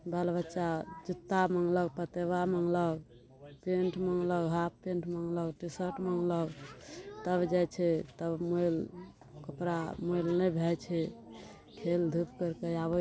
बाल बच्चा जुता मँगलक पतेबा मंगलक पेन्ट मंगलक हाफ पेंट मंगलक टी शर्ट मँगलक तब जाइ छै तब मोल कपड़ा मोइल नै भै जाइ छै खेल धूप कैर कऽ आबै छै